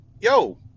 yo